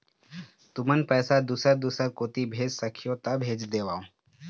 तुमन पैसा दूसर दूसर कोती भेज सखीहो ता भेज देवव?